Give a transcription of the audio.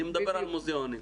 אני מדבר על מוזיאונים.